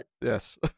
Yes